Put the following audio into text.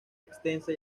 extensa